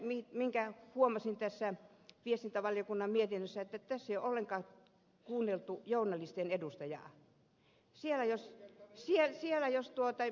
toinen minkä huomasin tästä viestintävaliokunnan mietinnöstä on se että tässä ei ole ollenkaan kuunneltu journalistien edustajaa